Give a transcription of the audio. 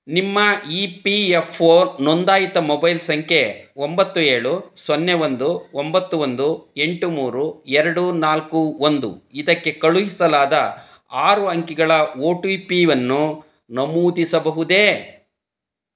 ನಿಮ್ಮ E P F O ನೋಂದಾಯಿತ mobile ಸಂಖ್ಯೆ ಒಂಬತ್ತು ಏಳು ಸೊನ್ನೆ ಒಂದು ಒಂಬತ್ತು ಒಂದು ಎಂಟು ಮೂರು ಎರಡು ನಾಲ್ಕು ಒಂದು ಇದಕ್ಕೆ ಕಳುಹಿಸಲಾದ ಆರು ಅಂಕಿಗಳ ಒ ಟಿ ಪಿಯನ್ನು ನಮೂದಿಸಬಹುದೇ